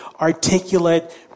articulate